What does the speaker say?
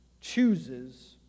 chooses